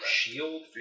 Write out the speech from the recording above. Shield